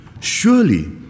Surely